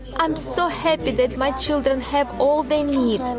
i'm so happy that my children have all they need. and